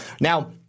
Now